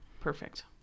Perfect